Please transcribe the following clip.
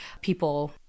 people